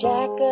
Jack